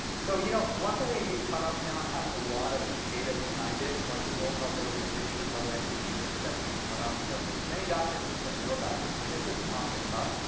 so you know luckily, these cutoffs now have a lot of data behind it. like the world health organization and other entities have set these cutoffs. so many doctors just don't know about this. but this isn't off the cuff.